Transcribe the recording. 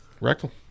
Rectal